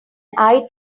eye